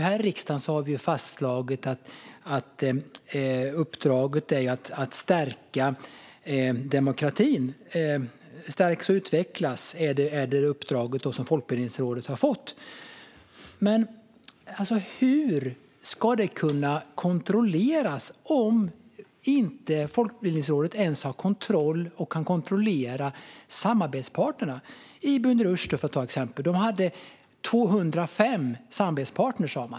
Här i riksdagen har vi fastslagit uppdraget för Folkbildningsrådet att stärka och utveckla demokratin. Men hur ska det kunna kontrolleras om Folkbildningsrådet inte ens kan kontrollera samarbetsparterna? Ibn Rushd, för att ta ett exempel, sa att man hade 205 samarbetspartner.